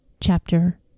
chapter